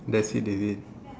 that's it already